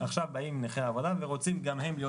עכשיו באים נכי העבודה ורוצים גם הם להיות